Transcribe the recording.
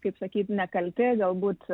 kaip sakyt nekalti galbūt